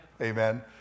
Amen